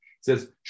says